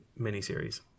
miniseries